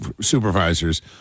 supervisors